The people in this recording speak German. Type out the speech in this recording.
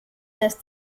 dass